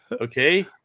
Okay